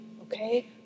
okay